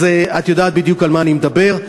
אז את יודעת בדיוק על מה אני מדבר.